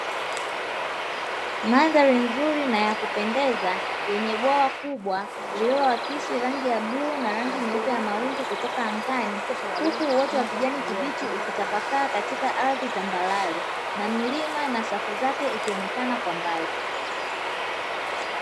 Mandhari nzuri na ya kupendeza yenye bwawa kubwa, liliyoakisi rangi ya bluu na rangi nyeupe ya mawingu kutoka angani, huku uoto wa kijani kibichi ukitapakaa katika ardhi tambarare na milima na safu zake ikionekana kwa mbali.